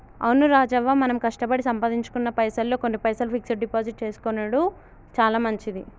అవును రాజవ్వ మనం కష్టపడి సంపాదించుకున్న పైసల్లో కొన్ని పైసలు ఫిక్స్ డిపాజిట్ చేసుకొనెడు చాలా మంచిది